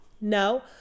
No